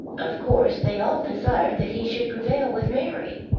of course they all desired that he should prevail with mary.